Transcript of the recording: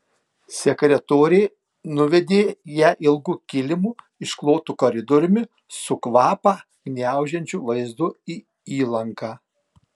sekretorė nuvedė ją ilgu kilimu išklotu koridoriumi su kvapą gniaužiančiu vaizdu į įlanką